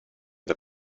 the